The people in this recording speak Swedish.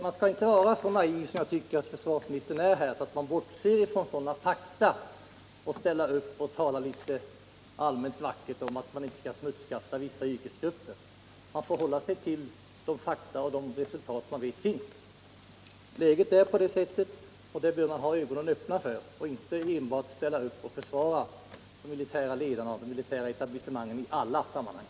Man bör inte vara så naiv, som försvarsministern enligt min mening är i detta sammanhang, att man bortser från sådana fakta och talar allmänt och vackert om att man inte skall smutskasta vissa yrkesgrupper. Man måste hålla sig till de fakta och de undersökningsresultat som finns. Läget är sådant som jag har beskrivit det, och det bör man ha ögonen öppna för och inte enbart ställa upp och försvara de militära ledarna och de militära etablissemangen i alla sammanhang.